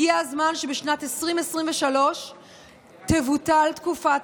הגיע הזמן שבשנת 2023 תבוטל תקופת